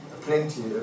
plenty